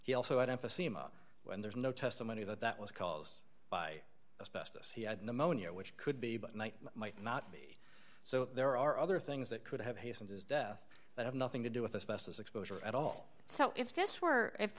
he also emphysema when there's no testimony that that was caused by his best as he had pneumonia which could be but might not be so there are other things that could have hastened his death but have nothing to do with this mess as exposure at all so if this were if